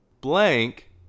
Blank